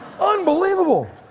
Unbelievable